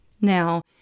Now